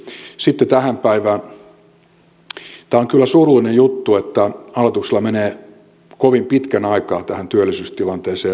tämä on kyllä surullinen juttu että hallituksella menee kovin pitkän aikaa tähän työllisyystilanteeseen reagointiin